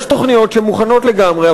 יש תוכניות שמוכנות לגמרי,